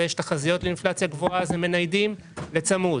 או שיש תחזיות לאינפלציה גבוהה הם מניידים לצמוד.